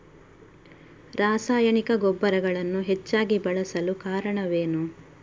ರಾಸಾಯನಿಕ ಗೊಬ್ಬರಗಳನ್ನು ಹೆಚ್ಚಾಗಿ ಬಳಸಲು ಕಾರಣವೇನು?